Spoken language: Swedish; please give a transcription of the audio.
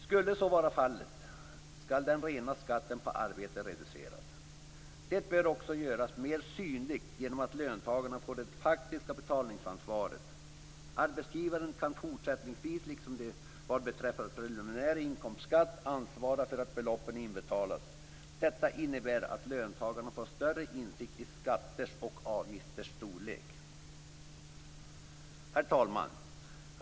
Skulle så vara fallet skall den rena skatten på arbete reduceras. Det bör också göras mer synligt genom att löntagarna får det faktiska betalningsansvaret. Arbetsgivaren kan fortsättningsvis, liksom vad beträffar preliminär inkomstskatt, ansvara för att beloppen inbetalas. Detta innebär att löntagarna får större insikt i skatters och avgifters storlek. Herr talman!